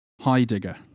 Heidegger